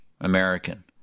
American